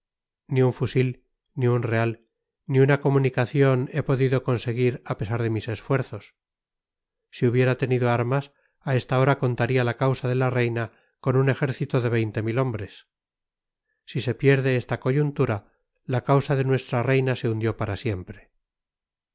ni un fusil ni un real ni una comunicación he podido conseguir a pesar de mis esfuerzos si hubiera tenido armas a esta hora contaría la causa de la reina con un ejército de hombres si se pierde esta coyuntura la causa de nuestra reina se hundió para siempre